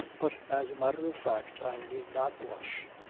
but as a matter of fact i need not blush.